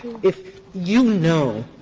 if you know